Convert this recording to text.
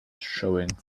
showing